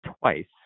twice